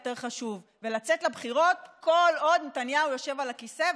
ולצאת לבחירות כל עוד נתניהו יושב על הכיסא,